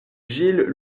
gilles